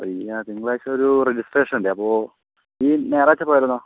അയ്യാ തിങ്കളാഴ്ച്ച ഒരു റെജിസ്ട്രേഷനുണ്ടേ അപ്പോൾ ഈ ഞായറാഴ്ച്ച പോയാലോ